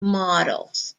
models